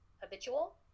habitual